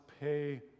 pay